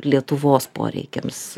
lietuvos poreikiams